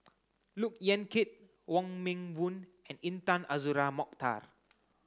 Look Yan Kit Wong Meng Voon and Intan Azura Mokhtar